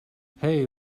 hey